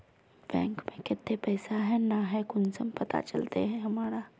Bank में केते पैसा है ना है कुंसम पता चलते हमरा?